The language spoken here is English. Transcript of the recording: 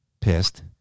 pissed